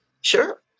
sure